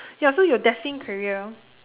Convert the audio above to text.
ya so your destined career